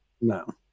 No